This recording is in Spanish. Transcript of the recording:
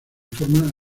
forma